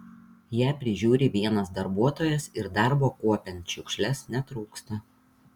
ją prižiūri vienas darbuotojas ir darbo kuopiant šiukšles netrūksta